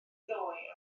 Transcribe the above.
ddoe